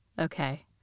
Okay